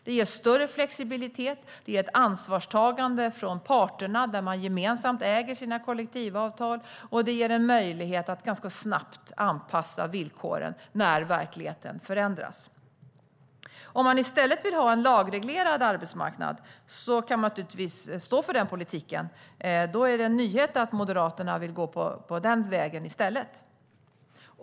Det ger större flexibilitet. Det ger ett ansvarstagande från parterna där man gemensamt äger sina kollektivavtal. Det ger en möjlighet att ganska snabbt anpassa villkoren när verkligheten förändras. Om man i stället vill ha en lagreglerad arbetsmarknad kan man naturligtvis stå för den politiken. Då är det en nyhet att Moderaterna vill gå på den vägen i stället.